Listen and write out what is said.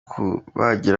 kubagira